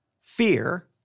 fear